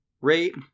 rate